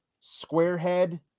Squarehead